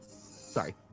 Sorry